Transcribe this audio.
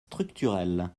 structurel